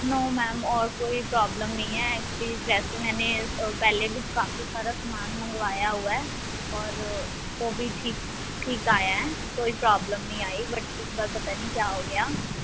ਨੋ ma'am ਔਰ ਕੋਈ problem ਨਹੀਂ ਹੈ ਐਚੁਅਲੀ ਜੈਸੇ ਮੈਨੇ ਪਹਿਲੇ ਵੀ ਕਾਫੀ ਸਾਰਾ ਸਮਾਨ ਮੰਗਵਾਇਆ ਹੋਇਆ ਐ ਔਰ ਉਹ ਵੀ ਠੀਕ ਠੀਕ ਆਇਆ ਕੋਈ ਪ੍ਰੋਬਲਮ ਨਹੀਂ ਆਈ ਬਟ ਇਸ ਵਾਰ ਪਤਾ ਨਹੀਂ ਕਿਆ ਹੋ ਗਿਆ